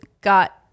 got